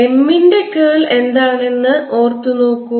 M ന്റെ കേൾ എന്താണെന്ന് ഓർത്തു നോക്കൂ